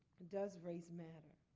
does race matter?